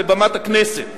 בבמת הכנסת.